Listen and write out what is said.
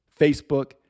Facebook